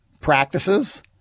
practices